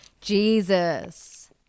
Jesus